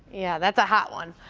yeah that's a hot one!